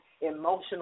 emotional